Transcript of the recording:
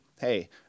hey